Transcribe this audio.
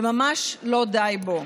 וממש לא די בו.